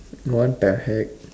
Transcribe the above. what the heck